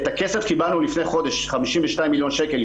את הכסף קיבלנו לפני חודש 52 מיליון שקלים,